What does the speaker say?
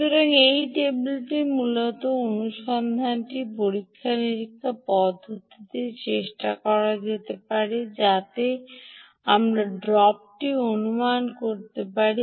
সুতরাং এই টেবিলটি মূলত অনুসন্ধানটি পরীক্ষা নিরীক্ষার পদ্ধতিতে চেষ্টা করা যেতে পারে যাতে আমরা ড্রপটি অনুমান করতে পারি